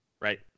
Right